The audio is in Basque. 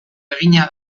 egina